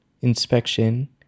inspection